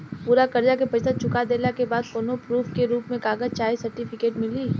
पूरा कर्जा के पईसा चुका देहला के बाद कौनो प्रूफ के रूप में कागज चाहे सर्टिफिकेट मिली?